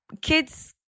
kids